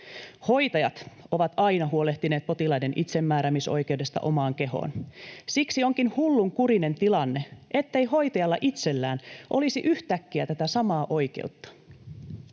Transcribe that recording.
Hoitajat ovat aina huolehtineet potilaiden itsemääräämisoikeudesta omaan kehoon, siksi onkin hullunkurinen tilanne, ettei hoitajalla itsellään olisi yhtäkkiä tätä samaa oikeutta.